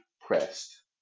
pressed